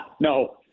No